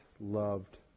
loved